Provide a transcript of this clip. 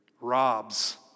robs